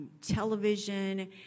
television